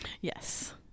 Yes